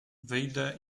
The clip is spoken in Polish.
wyjdę